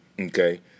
okay